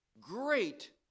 great